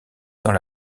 dans